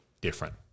different